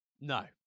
No